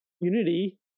Unity